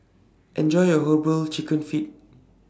Enjoy your Herbal Chicken Feet